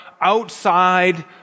outside